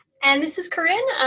and this is corinne.